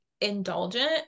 indulgent